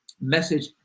message